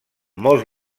molts